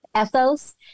ethos